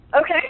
Okay